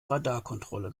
radarkontrolle